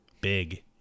big